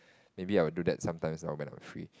maybe I will do that sometimes or when I'm free